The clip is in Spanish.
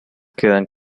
quedan